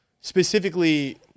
specifically